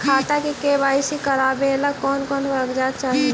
खाता के के.वाई.सी करावेला कौन कौन कागजात चाही?